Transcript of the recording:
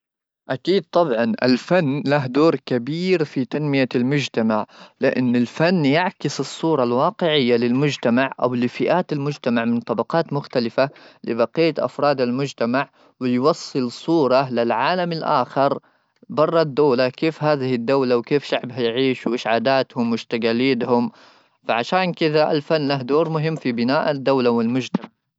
اكيد طبعا الفن له دور كبير في تنميه المجتمع لان الفن يعكس الصوره الواقعيه للمجتمع او لفئات المجتمع من طبقات مختلفه لبقيه افراد المجتمع ويوصل صوره للعالم الاخر بردوا لك كيف هذه الدوله وكيف شعب يعيش وايش عاداتهم مشتم فعشان كذا الفن دور مهم في بناء الدوله والمجتمع.